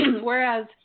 whereas